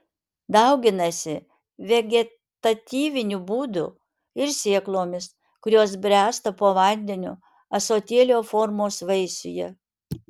dauginasi vegetatyviniu būdu ir sėklomis kurios bręsta po vandeniu ąsotėlio formos vaisiuje